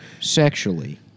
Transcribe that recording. Sexually